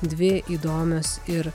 dvi įdomios ir